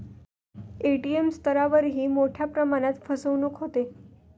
ATM स्तरावरही मोठ्या प्रमाणात फसवणूक होते